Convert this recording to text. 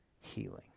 healing